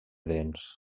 dents